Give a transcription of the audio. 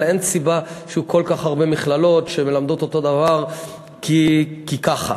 אבל אין סיבה שיהיו כל כך הרבה מכללות שמלמדות אותו דבר כי ככה.